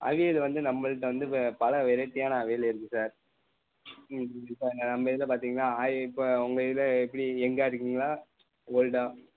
அவியல் வந்து நம்மள்ட்ட வந்து இப்போ பல வெரைட்டியான அவியல் இருக்குது சார் ம் இப்போ அங்கே நம்ம இதில் பார்த்தீங்கன்னா இப்போ உங்கள் இதில் எப்படி யங்காக இருக்கீங்களா ஓல்டாக